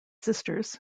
sisters